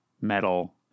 metal